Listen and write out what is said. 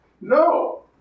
No